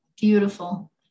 beautiful